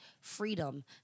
freedom